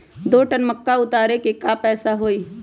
दो टन मक्का उतारे के पैसा का होई?